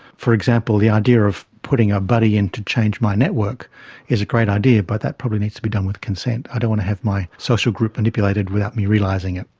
for example, the idea of putting a buddy in to change my network is a great idea, but that probably needs to be done with consent. i don't want to have my social group manipulated without me realising it.